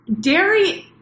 Dairy